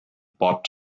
bought